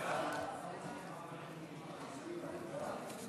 הצעת סיעת ישראל ביתנו